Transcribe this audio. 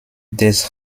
des